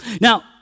Now